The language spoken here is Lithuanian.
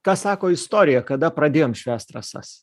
ką sako istorija kada pradėjom švęst rasas